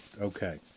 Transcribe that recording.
Okay